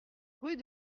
rue